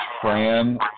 Fran